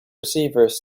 receivers